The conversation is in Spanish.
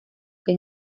que